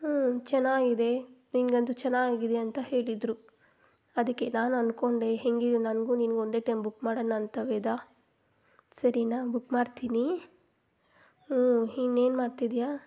ಹ್ಞೂ ಚೆನ್ನಾಗಿದೆ ನಿಂಗಂತೂ ಚೆನ್ನಾಗಿದೆ ಅಂತ ಹೇಳಿದ್ರು ಅದಕ್ಕೆ ನಾನು ಅಂದ್ಕೊಂಡೆ ಹೆಂಗಿದೆ ನನಗೂ ನಿನಗೂ ಒಂದೇ ಟೈಮ್ ಬುಕ್ ಮಾಡೋಣಂತ ವೇದಾ ಸರಿಯಾ ಬುಕ್ ಮಾಡ್ತೀನಿ ಹ್ಞೂ ಇನ್ನೇನು ಮಾಡ್ತಿದ್ದೀಯಾ